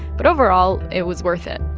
but overall, it was worth it.